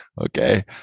okay